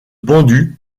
pendu